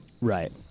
Right